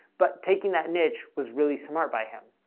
but taking that niche was really smart by him.